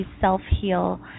self-heal